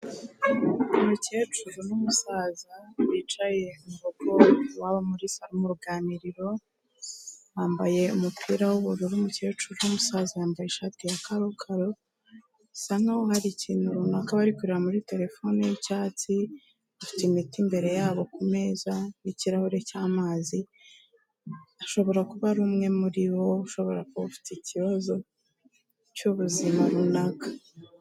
Umukecuru n'umusaza bicaye mu rugo, iwabo mu ruganiriro, yambaye umupira w'ubururu umukecuru, umusaza yambaye ishati ya karokaro, bisa nkaho hari ikintu runaka bari kureba muri terefone y'icyatsi, bafite imiti imbere yabo kumeza n'ikirahure cy'amazi, ashobora kuba ari umwe muri bo, ushobora kuba ufite ikibazo cy'ubuzima runaka.